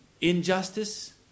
Injustice